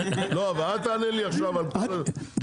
לא, אבל אל תענה לי עכשיו על כל השאלות.